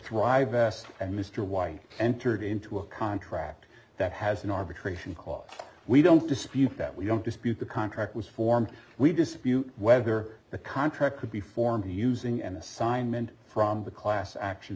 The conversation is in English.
and mr white entered into a contract that has an arbitration clause we don't dispute that we don't dispute the contract was formed we dispute whether the contract could be formed using an assignment from the class action